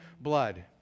blood